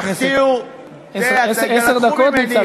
מצביע בדיוק על הצורך דווקא לתעד את החקירות הללו,